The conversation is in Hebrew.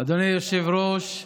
אדוני היושב-ראש,